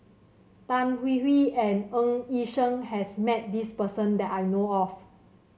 Tan Hwee Hwee and Ng Yi Sheng has met this person that I know of